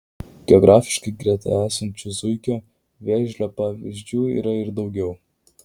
geografiškai greta esančių zuikio vėžlio pavyzdžių yra ir daugiau